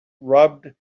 rubbed